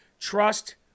trust